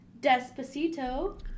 Despacito